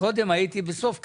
קודם הייתי בסוף קדנציה.